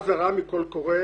ואז הרע מכל קורה,